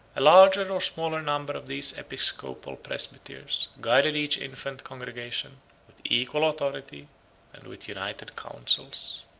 a larger or smaller number of these episcopal presbyters guided each infant congregation with equal authority and with united counsels.